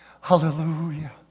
Hallelujah